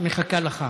מחכה לך.